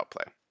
play